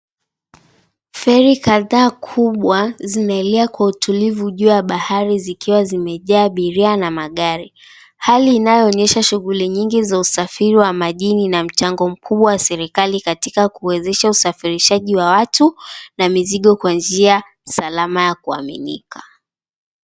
Feri kadha kubwa zinaelea kwa utulivu juu ya bahari zikiwa zimejaa abiria na magari hali inayoonesha shughuli nyingi za usafiri wa majini na mchango mkubwa wa serekali katiaka kuwezesha usafirishaji wa watu na mizigo kwa njia salama ya kuaminika